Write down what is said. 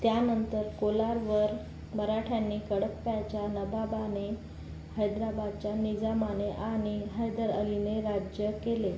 त्यानंतर कोलारवर मराठ्यांनी कडप्पाच्या नवाबाने हैदराबादच्या निजामाने आणि हैदर अलीने राज्य केले